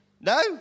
No